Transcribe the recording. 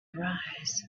arise